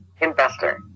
investor